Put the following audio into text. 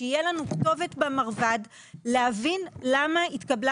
שתהיה לנו כתובת במרב"ד להבין למה התקבלה